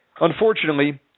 Unfortunately